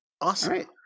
Awesome